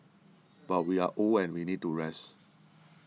but we are old and we need to rest